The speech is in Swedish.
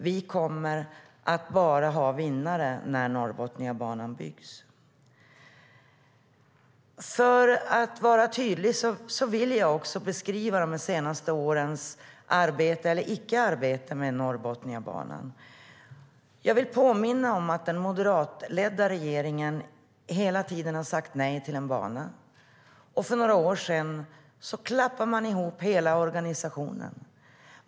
Vi kommer bara att ha vinnare när Norrbotniabanan byggs. För att vara tydlig vill jag beskriva de senaste årens arbete, eller icke-arbete, med Norrbotniabanan. Jag vill påminna om att den moderatledda regeringen hela tiden har sagt nej till en bana. För några år sedan klappade man ihop hela organisationen.